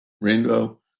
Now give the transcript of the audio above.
Rainbow